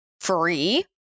free